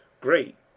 great